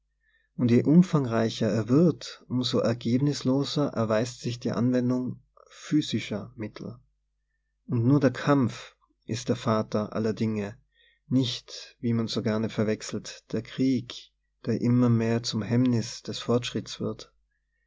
und je umfangreicher er wird um so ergebnisloser erweist sich die anwendung physischer mittel und nur der kampf ist der vater aller dinge nicht wie man so gerne verwechselt der krieg der immer mehr zum hemmnis des fortschritts wird